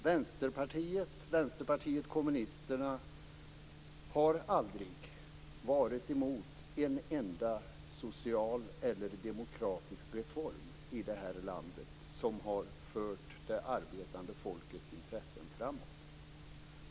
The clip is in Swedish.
Vänsterpartiet, Vänsterpartiet kommunisterna, har aldrig varit emot en enda social eller demokratisk reform i det här landet som har fört det arbetande folkets intressen framåt.